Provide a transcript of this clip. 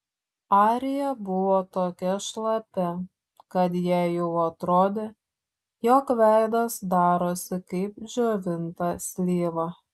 arija buvo tokia šlapia kad jai jau atrodė jog veidas darosi kaip džiovinta slyva